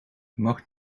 mag